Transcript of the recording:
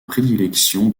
prédilection